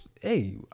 hey